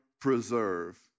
preserve